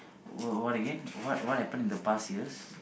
what what again what I put in the past years